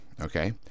okay